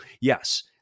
Yes